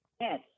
Yes